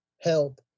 help